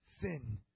Sin